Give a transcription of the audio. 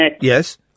Yes